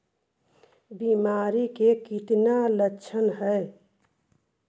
बीमारी के कितने लक्षण हैं?